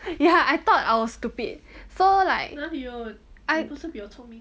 ya I thought I was stupid so like I